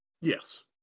Yes